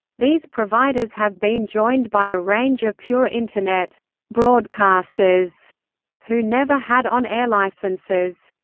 these providers have been joined by a range of pure internet broadcasters who never had on-air licenses.